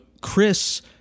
Chris